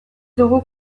dugu